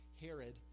herod